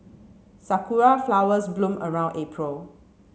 sakura flowers bloom around April